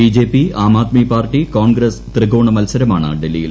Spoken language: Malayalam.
BJP Aam Aadmi Party Congress ത്രികോണ മൽസരമാണ് ഡൽഹിയിൽ